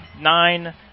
Nine